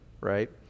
right